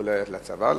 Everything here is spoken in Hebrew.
או לצבא,